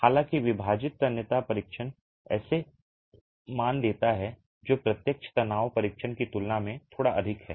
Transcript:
हालांकि विभाजित तन्यता परीक्षण ऐसे मान देता है जो प्रत्यक्ष तनाव परीक्षण की तुलना में थोड़ा अधिक हैं